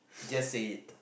just say it